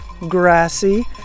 grassy